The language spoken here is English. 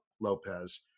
Lopez